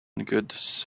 goods